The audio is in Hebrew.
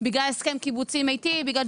בגלל הסכם קיבוצי מיטיב.